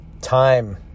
Time